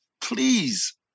Please